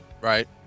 right